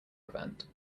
event